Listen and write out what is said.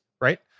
right